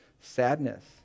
sadness